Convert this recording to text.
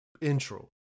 intro